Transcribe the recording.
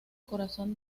corazón